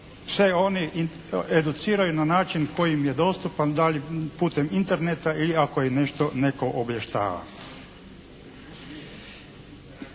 se oni educiraju na način koji im je dostupan. Da li putem Interneta ili ako je nešto, netko obavještava.